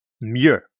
mieux